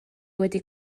wedi